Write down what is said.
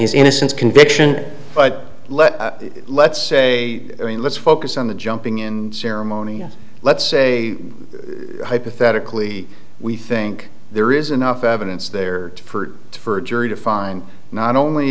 his innocence conviction but let let's say i mean let's focus on the jumping in ceremony and let's say hypothetically we think there is enough evidence there for it for a jury to find not only